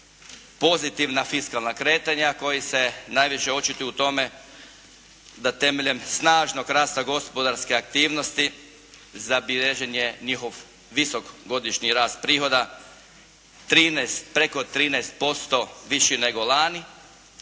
pozitivna fiskalna kretanja koja se najviše očituju u tome da temeljem snažnog rasta gospodarske aktivnosti zabilježen je njihov visok godišnji rast prihoda, preko 13% viši nego lani,